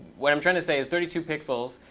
what i'm trying to say is thirty two pixels,